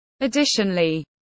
Additionally